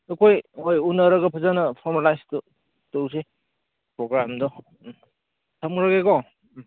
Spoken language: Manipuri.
ꯑꯩꯈꯣꯏ ꯍꯣꯏ ꯎꯅꯔꯒ ꯐꯖꯅ ꯐꯣꯔꯃꯨꯂꯥꯏꯖꯇꯨ ꯇꯧꯁꯤ ꯄ꯭ꯔꯣꯒꯥꯝꯗꯣ ꯊꯝꯒ꯭ꯔꯒꯦꯀꯣ